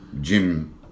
gym